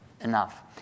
enough